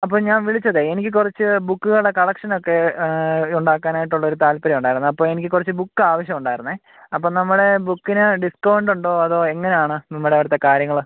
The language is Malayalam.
അപ്പം ഞാൻ വിളിച്ചത് എനിക്ക് കുറച്ച് ബുക്കുകളുടെ കളക്ഷൻ ഒക്കെ ഉണ്ടാക്കാനായിട്ടുള്ളൊരു താൽപ്പര്യം ഉണ്ടായിരുന്നു അപ്പോൾ എനിക്ക് കുറച്ച് ബുക്ക് ആവശ്യം ഉണ്ടായിരുന്നു അപ്പം നമ്മളെ ബുക്കിനു ഡിസ്ക്കൗണ്ട് ഉണ്ടോ അതോ എങ്ങനെയാണ് നിങ്ങളുടെ അവിടുത്തെ കാര്യങ്ങൾ